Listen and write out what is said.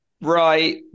right